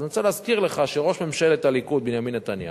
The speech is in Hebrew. אז אני רוצה להזכיר לך שראש ממשלת הליכוד בנימין נתניהו,